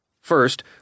First